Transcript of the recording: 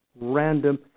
random